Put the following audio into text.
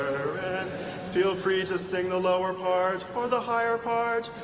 and feel free to sing the lower part, or the higher part.